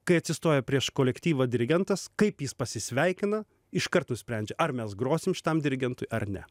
kai atsistoja prieš kolektyvą dirigentas kaip jis pasisveikina iš kart nusprendžia ar mes grosim šitam dirigentui ar ne